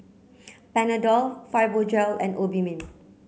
Panadol Fibogel and Obimin